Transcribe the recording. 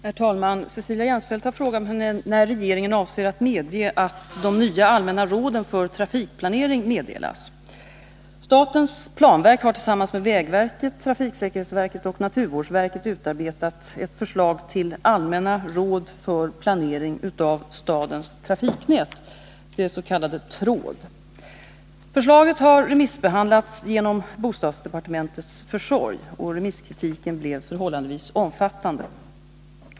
Herr talman! Cecilia Jensfelt har frågat mig när regeringen avser att medge att de nya allmänna råden för trafikplanering meddelas. Statens planverk har tillsammans med vägverket, trafiksäkerhetsverket och naturvårdsverket utarbetat ett förslag till Allmänna råd för planering av stadens trafiknät, det s.k. TRÅD. Förslaget har remissbehandlats genom bostadsdepartementets försorg. Remisskritiken blev förhållandevis omfattande.